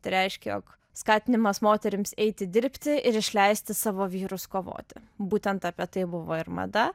tai reiškia jog skatinimas moterims eiti dirbti ir išleisti savo vyrus kovoti būtent apie tai buvo ir mada